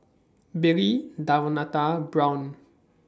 Billy Davonta and Brown